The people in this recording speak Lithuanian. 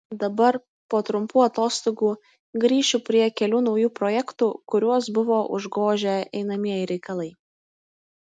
dabar po trumpų atostogų grįšiu prie kelių naujų projektų kuriuos buvo užgožę einamieji reikalai